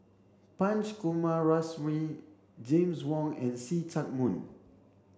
Punch Coomaraswamy James Wong and See Chak Mun